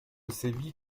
séville